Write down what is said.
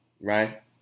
right